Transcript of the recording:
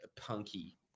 Punky